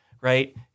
right